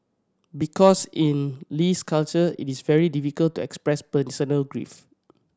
because in Lee's culture it is very difficult to express personal grief